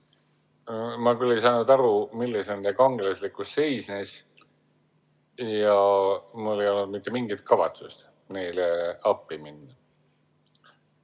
Ma küll ei saanud aru, milles nende kangelaslikkus seisneb, ja mul ei olnud mitte mingit kavatsust neile appi minna.